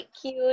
cute